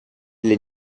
или